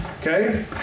Okay